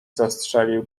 zastrzelił